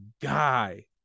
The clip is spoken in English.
guy